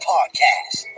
Podcast